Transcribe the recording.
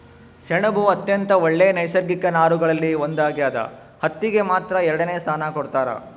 ಸೆಣಬು ಅತ್ಯಂತ ಒಳ್ಳೆ ನೈಸರ್ಗಿಕ ನಾರುಗಳಲ್ಲಿ ಒಂದಾಗ್ಯದ ಹತ್ತಿಗೆ ಮಾತ್ರ ಎರಡನೆ ಸ್ಥಾನ ಕೊಡ್ತಾರ